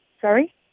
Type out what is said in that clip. Sorry